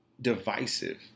divisive